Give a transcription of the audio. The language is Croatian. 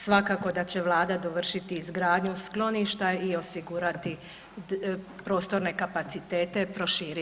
Svakako da će Vlada dovršiti izgradnju skloništa i osigurati prostorne kapacitete, proširiti.